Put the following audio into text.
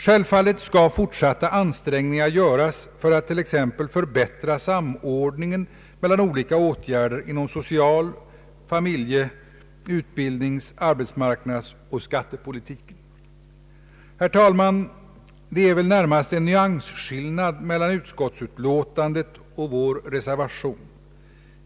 Självfallet skall fortsatta ansträngningar göras för att t.ex. förbättra samordningen mellan olika åtgärder inom social-, familje-, utbildnings-, arbetsmarknadsoch skattepolitiken. Herr talman! Det är väl närmast en nyansskillnad mellan utskottsutlåtandet och vår reservation.